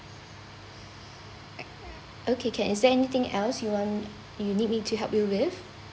okay can is there anything else you want you need me to help you with